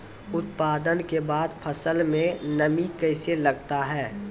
उत्पादन के बाद फसल मे नमी कैसे लगता हैं?